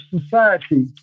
society